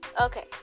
okay